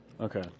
Okay